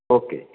okay